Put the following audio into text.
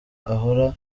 ahora